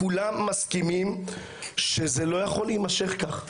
כולם מסכימים שזה לא יכול להמשך כך,